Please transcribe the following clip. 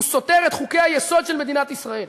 סותר את חוקי-היסוד של מדינת ישראל.